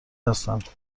هستند